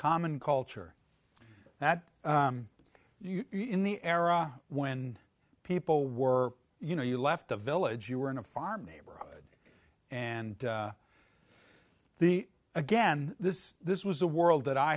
common culture that in the era when people were you know you left the village you were in a farm neighborhood and the again this this was a world that i